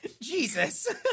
Jesus